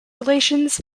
relations